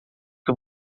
que